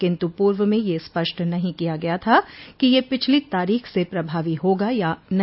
किंतु पूर्व में यह स्पष्ट नहीं किया गया था कि यह पिछली तारीख से प्रभावी होगा या नहीं